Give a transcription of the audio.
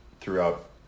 throughout